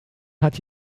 hat